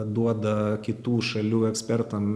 duoda kitų šalių ekspertam